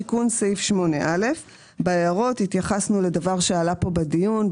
תיקון סעיף 8א. בהערות התייחסנו לדבר שעלה פה בדיון.